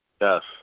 Yes